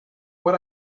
what